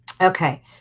okay